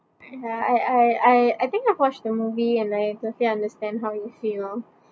ya I I I I've think I watched the movie and I totally understand how you feel